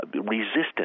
resistance